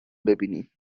بیینیم